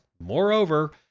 Moreover